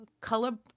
Color